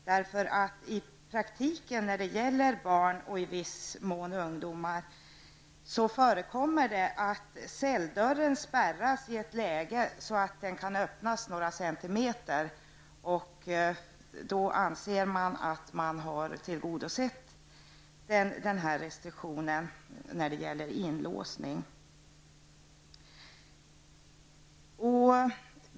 I praktiken förekommer när det gäller barn, och i viss mån ungdomar, att celldörren spärras i ett läge så att den kan öppnas några centimeter. Då anser man att man har tillgodosett restriktionen beträffande inlåsning.